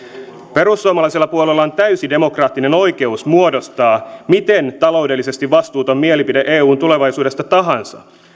perussuomalaisella puolueella on täysi demokraattinen oikeus muodostaa miten taloudellisesti vastuuton mielipide eun tulevaisuudesta tahansa